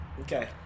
Okay